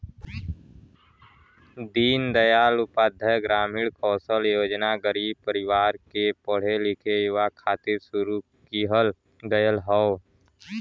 दीन दयाल उपाध्याय ग्रामीण कौशल योजना गरीब परिवार के पढ़े लिखे युवा खातिर शुरू किहल गयल हौ